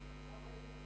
חבר הכנסת גנאים,